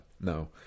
no